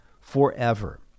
forever